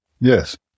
Yes